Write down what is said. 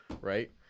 right